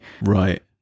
right